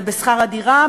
בשכר הדירה,